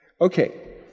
Okay